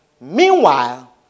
Meanwhile